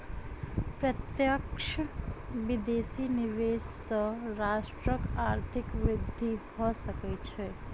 प्रत्यक्ष विदेशी निवेश सॅ राष्ट्रक आर्थिक वृद्धि भ सकै छै